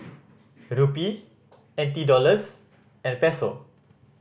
Rupee N T Dollars and Peso